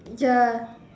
ya